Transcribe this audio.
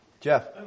Jeff